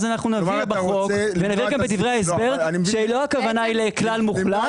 אז אנחנו נבהיר בחוק ונבהיר גם בדברי ההסבר שלא הכוונה היא לכלל מוחלט,